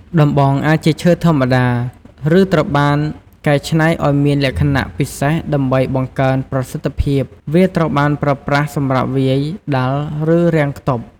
ដំបងអាចជាឈើធម្មតា ឬត្រូវបានកែច្នៃឱ្យមានលក្ខណៈពិសេសដើម្បីបង្កើនប្រសិទ្ធភាព វាត្រូវបានប្រើប្រាស់សម្រាប់វាយ ដាល់ ឬរាំងខ្ទប់។